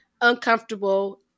uncomfortable